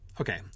Okay